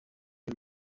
y’u